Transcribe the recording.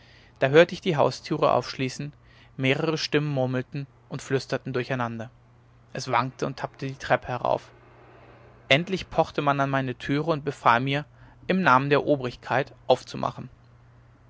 da hörte ich die haustüre aufschließen mehrere stimmen murmelten und flüsterten durcheinander es wankte und tappte die treppe herauf endlich pochte man an meine türe und befahl mir im namen der obrigkeit aufzumachen